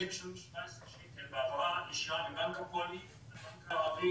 עובדים שמשלמים שמונה עשרה שקל בהעברה ישירה מבנק הפועלים לבנק ערבי